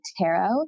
tarot